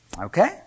Okay